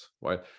right